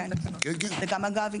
אגב,